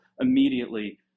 immediately